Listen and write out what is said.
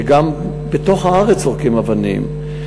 שגם בתוך הארץ זורקים אבנים,